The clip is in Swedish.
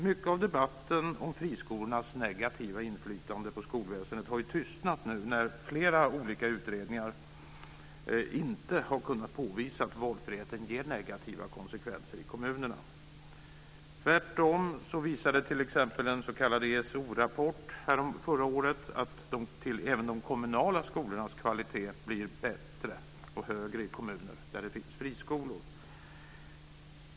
Mycket av debatten om friskolornas negativa inflytande på skolväsendet har tystnat nu när flera olika utredningar inte har kunnat påvisa att valfriheten ger negativa konsekvenser i kommunerna. Tvärtom visade t.ex. en s.k. ESO-rapport förra året att även de kommunala skolornas kvalitet blir högre i kommuner där det finns friskolor.